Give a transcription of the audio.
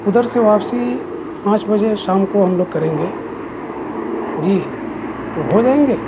ادھر سے واپسی پانچ بجے شام کو ہم لوگ کریں گے جی تو ہو جائیں گے